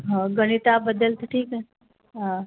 हो गणिताबद्दल तर ठीक आहे हां